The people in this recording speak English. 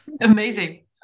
Amazing